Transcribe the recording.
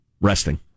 Resting